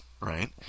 right